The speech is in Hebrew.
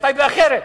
בטייבה אחרת.